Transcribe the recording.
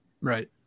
Right